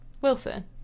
Wilson